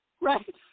right